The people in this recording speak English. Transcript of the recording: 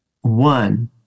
One